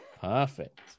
Perfect